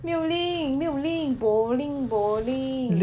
没有 link 没有 link bo link bo link